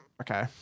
okay